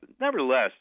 nevertheless